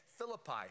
Philippi